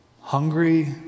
hungry